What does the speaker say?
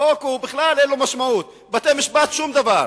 החוק, בכלל אין לו משמעות, בתי-משפט, שום דבר,